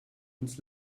ins